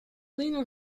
lena